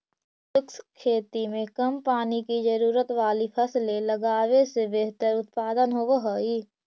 शुष्क खेती में कम पानी की जरूरत वाली फसलें लगावे से बेहतर उत्पादन होव हई